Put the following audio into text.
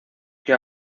que